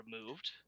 removed